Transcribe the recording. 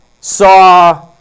saw